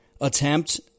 attempt